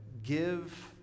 Give